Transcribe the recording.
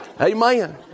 Amen